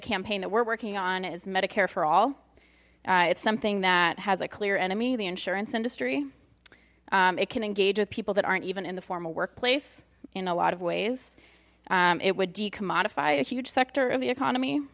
campaign that we're working on is medicare for all it's something that has a clear enemy the insurance industry it can engage with people that aren't even in the formal workplace in a lot of ways it would d commodify a huge sector of the economy